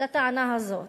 לטענה הזאת,